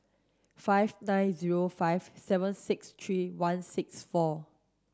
five nine zero five seven six three one six four